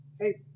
Hey